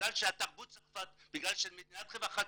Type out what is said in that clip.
בגלל שתרבות צרפת, בגלל שצרפת היא מדינת רווחה,